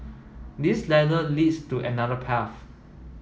this ladder leads to another path